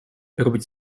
robić